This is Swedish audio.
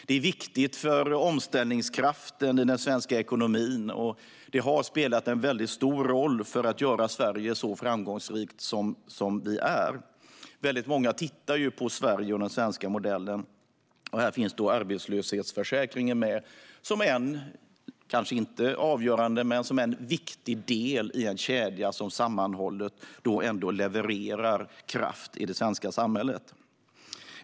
Den är viktig för omställningskraften i den svenska ekonomin, och den har spelat en mycket stor roll för att göra Sverige så framgångsrikt som det är. Väldigt många tittar på Sverige och den svenska modellen. Här finns arbetslöshetsförsäkringen med som en viktig, men kanske inte avgörande, del i en sammanhållen kedja som levererar kraft i det svenska samhället.